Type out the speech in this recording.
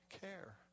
care